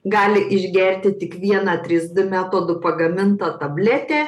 gali išgerti tik vieną trys d metodu pagamintą tabletę